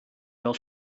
fel